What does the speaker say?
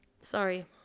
Sorry